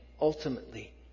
ultimately